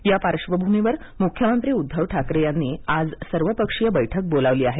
या पार्श्वभूमीवर मुख्यमंत्री उद्धव ठाकरे यांनी आज सर्वपक्षीय बैठक बोलावली आहे